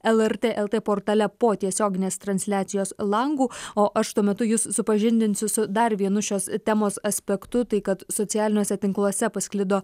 lrt lt portale po tiesioginės transliacijos langu o aš tuo metu jus supažindinsiu su dar vienu šios temos aspektu tai kad socialiniuose tinkluose pasklido